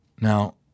Now